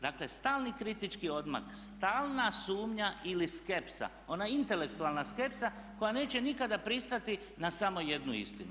Dakle, stalni kritički odmak, stalna sumnja ili skepsa, ona intelektualna skepsa koja neće nikada pristati na samo jednu istinu.